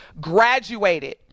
graduated